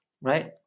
right